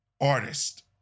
artist